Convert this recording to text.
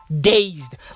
dazed